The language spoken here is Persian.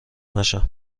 نشم